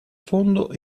fondo